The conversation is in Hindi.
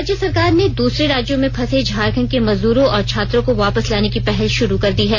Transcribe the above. राज्य सरकार ने दूसरे राज्यों में फंसे झारखंड के मजद्रों और छात्रों को वापस लाने की पहल षुरू कर दी है